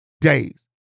days